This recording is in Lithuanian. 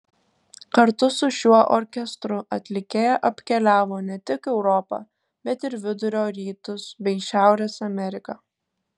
kartu su šiuo orkestru atlikėja apkeliavo ne tik europą bet ir vidurio rytus bei šiaurės ameriką